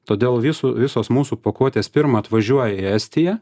todėl visų visos mūsų pakuotės pirma atvažiuoja į estiją